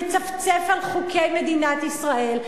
מצפצף על חוקי מדינת ישראל,